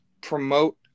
promote